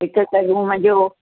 हिक हिक रूम जो